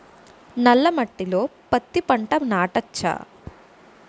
నల్ల మట్టిలో పత్తి పంట నాటచ్చా?